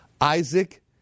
Isaac